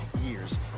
years